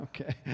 okay